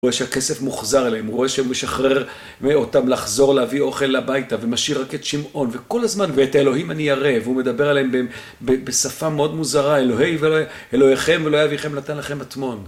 הוא רואה שהכסף מוחזר אליהם, הוא רואה שהוא משחרר מאותם לחזור להביא אוכל הביתה ומשאיר רק את שמעון, וכל הזמן, ואת האלוהים אני ירא והוא מדבר עליהם בשפה מאוד מוזרה אלוהי אלוהיכם ואלוהי אביכם נתן לכם מטמון